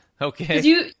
Okay